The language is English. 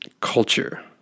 culture